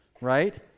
right